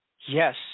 yes